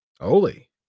Holy